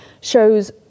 shows